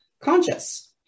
conscious